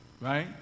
right